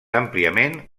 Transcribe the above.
àmpliament